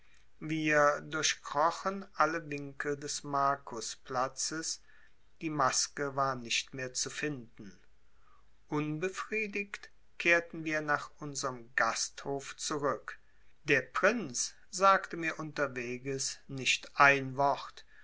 wir durchkrochen alle winkel des markusplatzes die maske war nicht mehr zu finden unbefriedigt kehrten wir nach unserm gasthof zurück der prinz sagte mir unterweges nicht ein wort